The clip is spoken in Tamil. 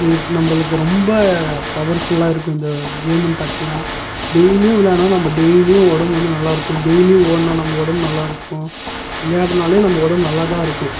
இதுக்கு நம்மளுக்கு ரொம்ப பவர்ஃபுல்லாக இருக்கும் இந்த கேம்முனு பார்த்திங்கனா டெய்லி விளையாடனால் டெய்லியும் உடம்பு வந்து நல்லாயிருக்கும் டெய்லி ஓடுனா நம்ம உடம்பு நல்லாயிருக்கும் விளையாடுனாலே நம்ம உடம்பு நல்லாதான் இருக்கும்